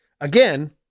Again